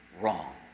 wrong